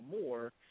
more